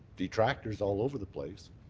detractors all over the place.